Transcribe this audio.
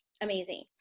Amazing